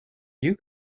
you